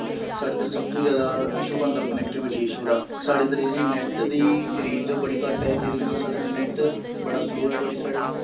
साढ़े इद्धर सब तो जादा इशू बनदा कनैक्टिविटी इशू दा साढ़े इद्धर जेह्ड़ी नैट दी रेंज़ ऐ ओह् बड़ी घट्ट ऐ जेह्दे कन्नै साढ़े नैट बड़ा सलोह् ऐ साढ़ी